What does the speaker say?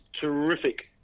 terrific